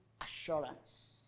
assurance